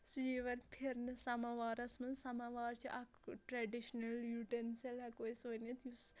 سُہ یِوان پھِرنہٕ سَماوارَس منٛز سَماوار چھُ اکھ ٹریڈِشنل یوٗٹنسل ہٮ۪کو أسۍ ؤنِتھ یُس